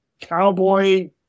cowboy